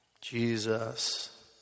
Jesus